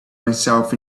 myself